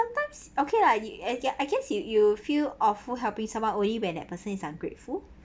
sometimes okay lah ah ya I guess you you feel awful helping someone only when that person is ungrateful